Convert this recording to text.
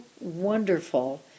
wonderful